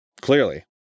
Clearly